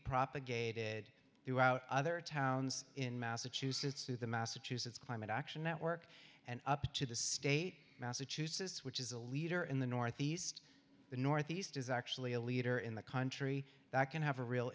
propagated throughout other towns in massachusetts through the massachusetts climate action network and up to the state of massachusetts which is a leader in the northeast the northeast is actually a leader in the country that can have a real